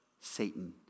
Satan